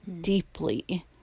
deeply